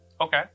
Okay